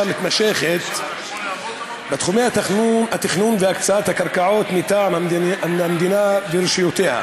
מתמשכת בתחומי התכנון והקצאת הקרקעות מטעם המדינה ורשויותיה,